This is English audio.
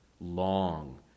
long